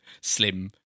slim